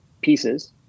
pieces